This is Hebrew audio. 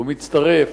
הוא מצטרף